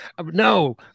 No